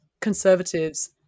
Conservatives